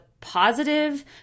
positive